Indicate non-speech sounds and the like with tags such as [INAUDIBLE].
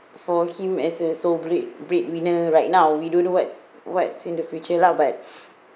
for him as a sole bread~ breadwinner right now we don't know what what's in the future lah but [BREATH]